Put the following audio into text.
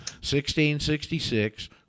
1666